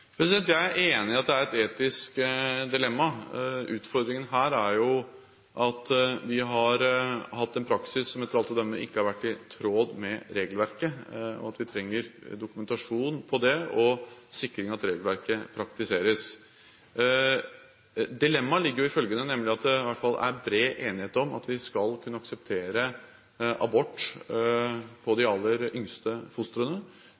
Jeg er enig i at det er et etisk dilemma. Utfordringen her er jo at vi har hatt en praksis som etter alt å dømme ikke har vært i tråd med regelverket. Vi trenger dokumentasjon på det og å sikre at regelverket praktiseres. Dilemmaet ligger i følgende: Det er bred enighet om at vi skal kunne akseptere abort på de aller yngste fostrene.